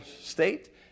state